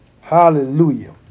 Hallelujah